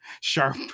sharp